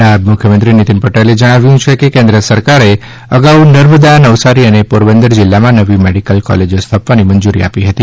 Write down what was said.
નાયબ મુખ્યમંત્રી નીતીન પટેલે જણાવ્યું છે કે કેન્દ્ર સરકારે અગાઉ નર્મદા નવસારી અને પોરબંદર જિલ્લામાં નવી મેડિકલ કોલેજો સ્થાપવાની મંજુરી આપી હતી